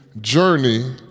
journey